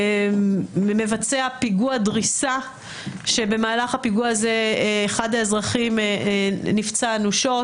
ממבצעי פיגוע הדריסה שבמהלך הפיגוע הזה אחד האזרחים נפצע אנושות.